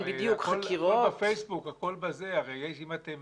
הכל בפייסבוק, הרי אם אתם